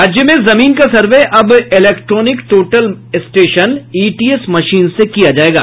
राज्य में जमीन का सर्वे अब electronic total station ETS machine से किया जायेगा